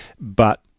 but-